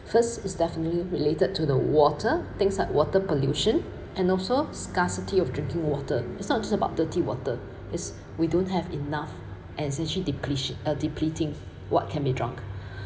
first is definitely related to the water things like water pollution and also scarcity of drinking water it's not just about dirty water is we don't have enough and it's actually depletion uh depleting what can be drunk